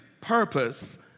purpose